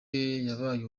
yabaye